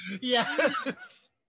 Yes